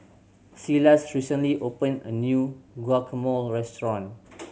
Silas recently opened a new Guacamole Restaurant